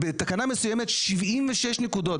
יש בתקנה מסוימת 76 נקודות,